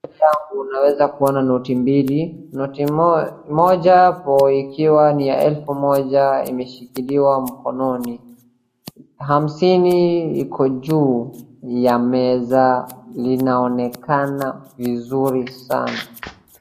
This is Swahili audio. Hapa unaweza kuona noti mbili, noti moja hapo ikiwa ni ya elfu moja imeshikiliwa mkononi, hamsini iko juu ya meza inaonekana vizuri sana.